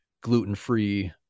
gluten-free